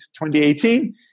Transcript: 2018